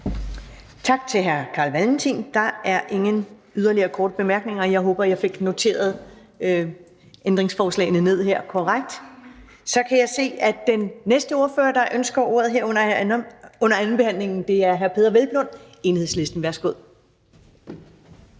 Tak til hr. Carl Valentin. Der er ikke yderligere korte bemærkninger. Jeg håber, at jeg fik noteret ændringsforslagene korrekt ned. Så kan jeg se, at den næste ordfører, der ønsker ordet her under andenbehandlingen, er hr. Peder Hvelplund, Enhedslisten. Værsgo.